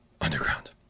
Underground